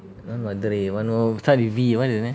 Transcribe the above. Madurai one oh start with B what's its name